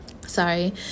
sorry